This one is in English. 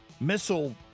missile